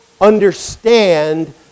understand